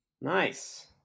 Nice